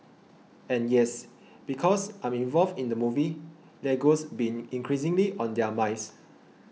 and yes because I'm involved in the movie Lego's been increasingly on their minds